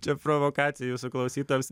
čia provokacija jūsų klausytojams